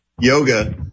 yoga